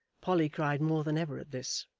polly cried more than ever at this.